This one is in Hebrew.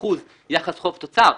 225% יחס חוב-תוצר.